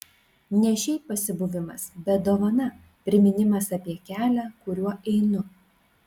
ne šiaip pasibuvimas bet dovana priminimas apie kelią kuriuo einu